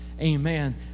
Amen